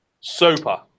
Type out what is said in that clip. super